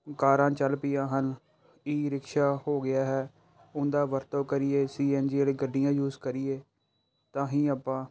ਕਾਰਾਂ ਚੱਲ ਪਈਆਂ ਹਨ ਈ ਰਿਕਸ਼ਾ ਹੋ ਗਿਆ ਹੈ ਉਹਨਾਂ ਦਾ ਵਰਤੋਂ ਕਰੀਏ ਸੀ ਐਨ ਜੀ ਵਾਲੀਆਂ ਗੱਡੀਆਂ ਯੂਜ ਕਰੀਏ ਤਾਂ ਹੀ ਆਪਾਂ